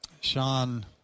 Sean